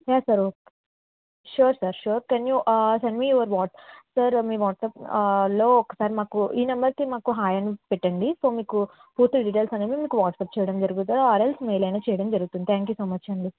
yeah sir okay sure sir sure can you send me your WhatsApp వాట్సాప్లో ఒకసారి ఈ నెంబర్కి మాకు హాయ్ అని పెట్టండి సో మీకు పూర్తి డీటెయిల్స్ అనేవి మీకు వాట్సాప్ చేయడం జరుగుతుంది ఆర్ ఎల్స్ మెయిల్ అయిన చేయడం జరుగుతుంది థ్యాంక్ యూ సో మచ్ అండి